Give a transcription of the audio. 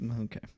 okay